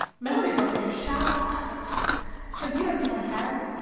marry, but you shall have and here's my hand.